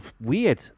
weird